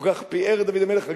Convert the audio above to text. כל כך פיאר את דוד המלך.